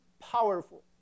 powerful